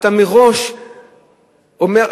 אתה מראש אומר,